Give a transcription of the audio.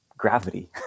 gravity